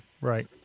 right